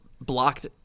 blocked